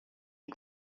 est